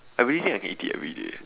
I really think I can eat it everyday eh